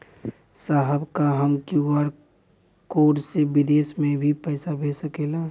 साहब का हम क्यू.आर कोड से बिदेश में भी पैसा भेज सकेला?